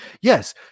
yes